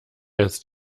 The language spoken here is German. jetzt